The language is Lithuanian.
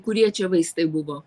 kurie čia vaistai buvo